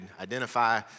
identify